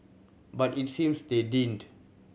but it seems they didn't